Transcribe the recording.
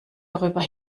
darüber